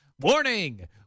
Warning